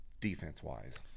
defense-wise